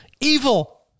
evil